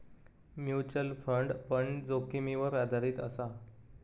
mutual fund पण जोखीमीवर आधारीत असा